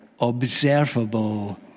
observable